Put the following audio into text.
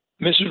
Mrs